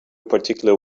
particular